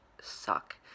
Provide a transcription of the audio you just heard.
suck